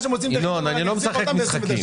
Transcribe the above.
ינון, אני לא משחק משחקים.